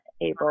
able